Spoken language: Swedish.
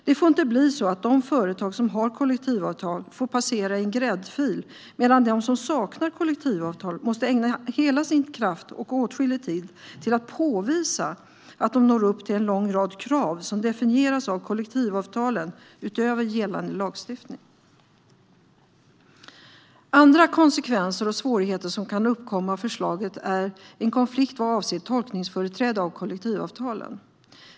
Det får inte bli så att de företag som har kollektivavtal får passera i en gräddfil medan de som saknar kollektivavtal måste ägna hela sin kraft och åtskillig tid åt att påvisa att de uppfyller en lång rad krav som definieras av kollektivavtalen utöver gällande lagstiftning. Andra konsekvenser och svårigheter som kan uppkomma av förslaget är en konflikt vad avser tolkningsföreträde av kollektivavtalen.